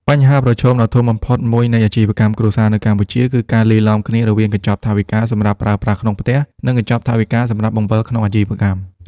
បញ្ហាប្រឈមដ៏ធំបំផុតមួយនៃអាជីវកម្មគ្រួសារនៅកម្ពុជា គឺការលាយឡំគ្នារវាងកញ្ចប់ថវិកាសម្រាប់ប្រើប្រាស់ក្នុងផ្ទះ និងកញ្ចប់ថវិកាសម្រាប់បង្វិលក្នុងអាជីវកម្ម។